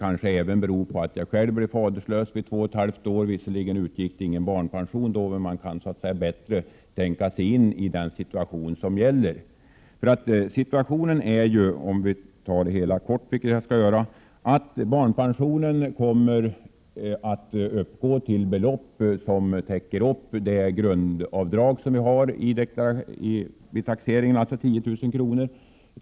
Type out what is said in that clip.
Men det beror nog också på att jag själv blev faderlös vid två och ett halvt års ålder. Visserligen utgick det ingen barnpension på den tiden. Men jag kan i varje fall bättre tänka mig in i de här barnens situation. Jag skall mycket kort beskriva situationen för dessa barn. Barnpensionen överskrider det grundavdrag som gäller vid taxeringen, alltså 10 000 kr.